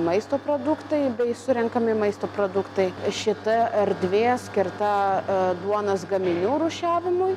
maisto produktai bei surenkami maisto produktai šita erdvė skirta duonos gaminių rūšiavimui